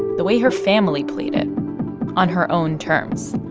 the way her family played it on her own terms.